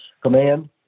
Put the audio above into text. command